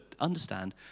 understand